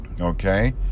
okay